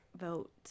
vote